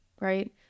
right